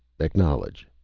acknowledge.